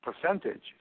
percentage